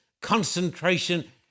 concentration